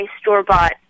store-bought